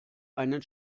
einen